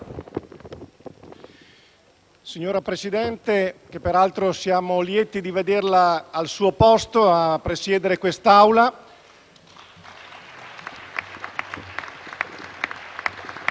Signor Presidente, premetto che siamo lieti di vederla al suo posto a presiedere quest'Assemblea.